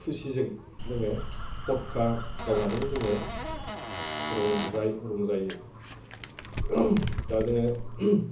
खुसिजों जोङो फटका गावनानै जोङो रंजायै रंजायो दा जोङो